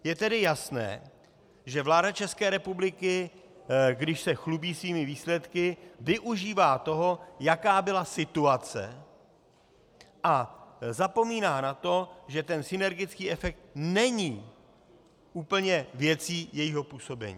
Je tedy jasné, že vláda České republiky, když se chlubí svými výsledky, využívá toho, jaká byla situace, a zapomíná na to, že ten synergický efekt není úplně věcí jejího působení.